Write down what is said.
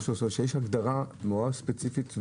שיש הגדרה ספציפית.